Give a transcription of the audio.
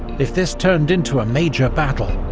if this turned into a major battle,